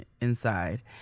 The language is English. inside